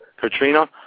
Katrina